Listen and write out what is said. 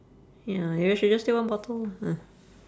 ya you should just take one bottle lah